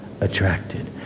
attracted